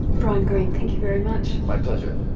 brian greene, thank you very much. my pleasure.